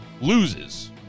loses